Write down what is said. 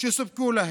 שסופקו להם,